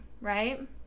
right